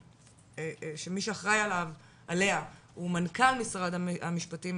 שמי שאחראי עליה הוא מנכ"ל משרד המשפטים,